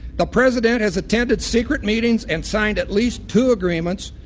the president has attended secret meetings. and signed at least two agreements.